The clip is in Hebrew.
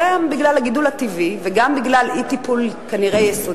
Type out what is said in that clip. גם בגלל הגידול הטבעי וגם בגלל אי-טיפול יסודי,